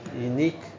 unique